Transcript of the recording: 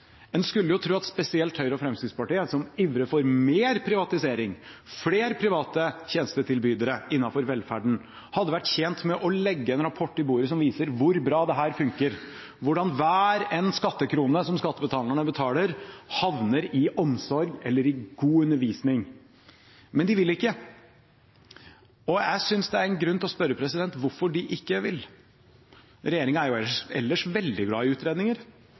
skulle tro at spesielt Høyre og Fremskrittspartiet, som ivrer for mer privatisering og flere private tjenestetilbydere innenfor velferden, hadde vært tjent med å legge en rapport i bordet som viser hvor bra dette fungerer, hvordan hver en skattekrone som skattebetalerne betaler, havner i omsorg eller i god undervisning. Men de vil ikke. Og jeg synes det er grunn til å spørre hvorfor de ikke vil. Regjeringen er ellers veldig glad i utredninger.